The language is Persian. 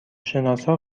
شناسا